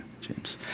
James